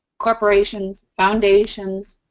corporations, foundations,